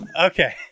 Okay